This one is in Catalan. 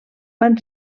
van